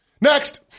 Next